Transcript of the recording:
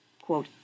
Quote